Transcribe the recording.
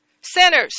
Sinners